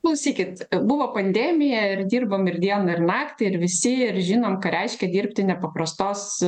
klausykit buvo pandemija ir dirbom ir dieną ir naktį ir visi ir žinom ką reiškia dirbti nepaprastos